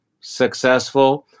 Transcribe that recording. successful